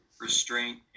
restraint